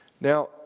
Now